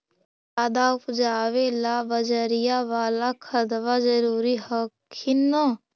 ज्यादा उपजाबे ला बजरिया बाला खदबा जरूरी हखिन न?